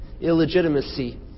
illegitimacy